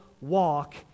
walk